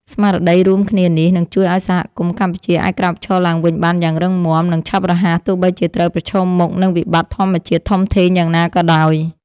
ស្មារតីរួមគ្នានេះ នឹងជួយឱ្យសហគមន៍កម្ពុជាអាចក្រោកឈរឡើងវិញបានយ៉ាងរឹងមាំ និងឆាប់រហ័ស ទោះបីជាត្រូវប្រឈមមុខនឹងវិបត្តិធម្មជាតិធំធេងយ៉ាងណាក៏ដោយ។